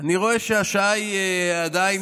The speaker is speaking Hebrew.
אני רואה שהשעה עדיין,